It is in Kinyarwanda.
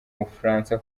bufaransa